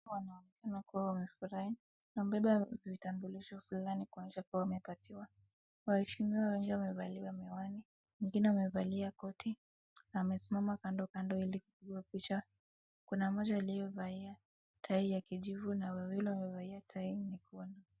Watu wanaonekana kama kuwa wana furaha na wamebeba vitambulisho fulani kuonyesha kuwa wamepatiwa. Walio inje wamevaliwa miwani. Mwingine amevaliwa koti na amesimama kando kando ili kupigwa picha. Kuna mmoja aliyevaa tai ya kijivu na wawili wamevaa tai nyekundu.